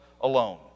alone